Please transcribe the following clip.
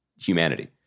humanity